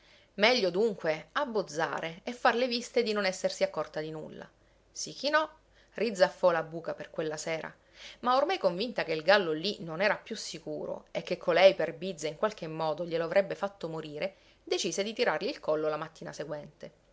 meglio dunque abbozzare e far le viste di non essersi accorta di nulla si chinò rizzaffò la buca per quella sera ma ormai convinta che il gallo lì non era più sicuro e che colei per bizza in qualche modo glielo avrebbe fatto morire decise di tirargli il collo la mattina seguente